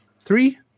three